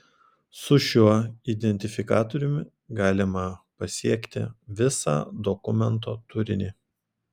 su šiuo identifikatoriumi galima pasiekti visą dokumento turinį